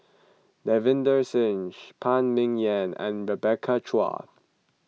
Davinder Singh Phan Ming Yen and Rebecca Chua